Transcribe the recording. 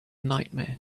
nightmare